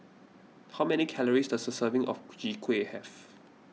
how many calories does a serving of Chwee Kueh have